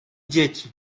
dzieci